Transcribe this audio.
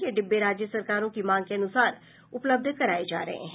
ये डिब्बे राज्य सरकारों की मांग के अनुसार उपलब्ध कराए जा रहे हैं